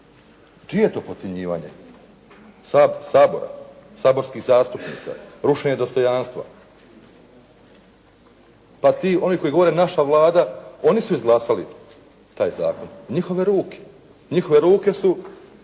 Čije je to podcjenjivanje? Sabora. Saborskih zastupnika. Rušenje dostojanstva. Pa oni koji govore naša Vlada, oni su izglasali taj zakon, njihove ruke, njihove ruke su